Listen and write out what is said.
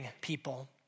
people